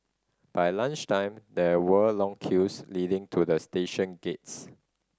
by lunch time there were long queues leading to the station gates